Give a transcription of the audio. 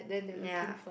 ya